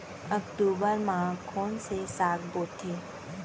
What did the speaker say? अक्टूबर मा कोन से साग बोथे?